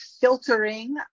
filtering